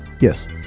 Yes